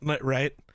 Right